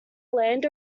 land